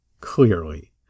clearly